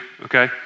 okay